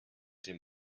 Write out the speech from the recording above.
dem